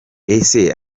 ese